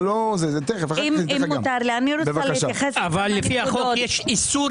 יש איסור